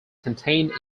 contained